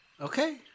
Okay